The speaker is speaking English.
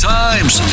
times